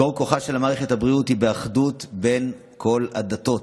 מקור כוחה של מערכת הבריאות הוא באחדות בין כל הדתות,